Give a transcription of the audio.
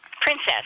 Princess